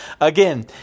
Again